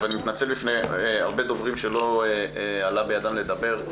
ואני מתנצל בפני הרבה דוברים שלא עלה בידם לדבר.